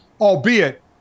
albeit